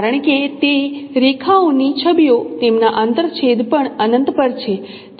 કારણ કે તે રેખાઓની છબીઓ તેમના આંતરછેદ પણ અનંત પર છે